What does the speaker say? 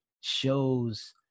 shows